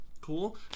Cool